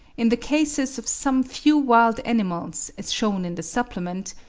in the cases of some few wild animals, as shewn in the supplement,